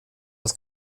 was